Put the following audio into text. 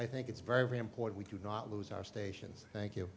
i think it's very important we do not lose our stations thank you